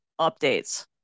updates